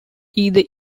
either